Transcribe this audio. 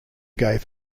gave